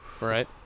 right